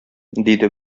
диде